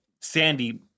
Sandy